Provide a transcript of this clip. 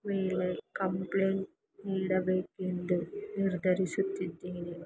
ಮೇಲೆ ಕಂಪ್ಲೇಟ್ ನೀಡಬೇಕೆಂದು ನಿರ್ಧರಿಸುತ್ತಿದ್ದೇನೆ